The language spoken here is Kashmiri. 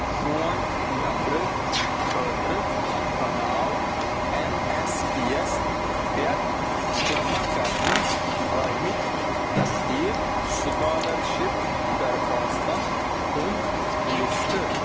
فون نمبرٕ خٲطرٕ بناو ایٚن ایٚس پی یَس پٮ۪ٹھ جمع کرنہٕ آمِتۍ تجدیٖد سُکالَرشِپ درخوٛاستَن ہُنٛد لِسٹہٕ